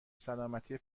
سلامتی